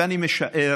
ואני משער